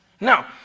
Now